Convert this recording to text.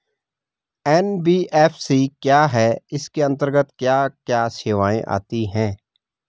NBFC क्या है इसके अंतर्गत क्या क्या सेवाएँ आती हैं?